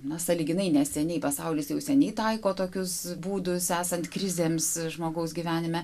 na sąlyginai neseniai pasaulis jau seniai taiko tokius būdus esant krizėms žmogaus gyvenime